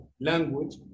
language